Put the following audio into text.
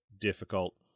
difficult